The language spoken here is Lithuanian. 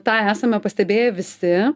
tą esame pastebėję visi